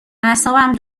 اعصابم